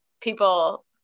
people